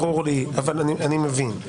אני מבין.